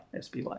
SPY